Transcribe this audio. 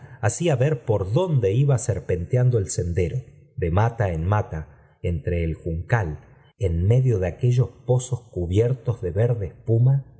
allá hacía ver por dónde iba serpenteando sendero de mata en mata entre el juncal en medio de aquellos cubiertos de verde espuma